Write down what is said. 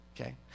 Okay